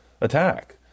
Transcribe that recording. attack